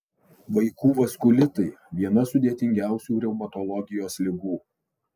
vaikų vaskulitai viena sudėtingiausių reumatologijos ligų